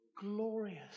Glorious